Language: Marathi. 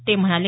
ते म्हणाले